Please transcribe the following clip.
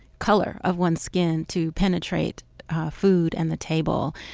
color of one's skin to penetrate food and the table.